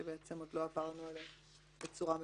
בעצם עדיין לא עברנו על התוספות האלה בצורה מפורטת.